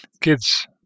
kids